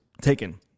taken